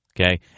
Okay